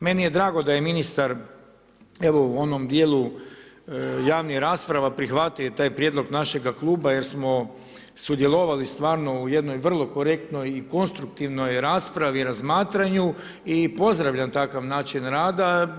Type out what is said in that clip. Meni je drago da je ministar evo u onom dijelu javnih rasprava prihvatio taj prijedlog našega Kluba jer smo sudjelovali stvarno u jednoj vrlo korektnoj i konstruktivnoj raspravi razmatranju i pozdravljam takav način rada.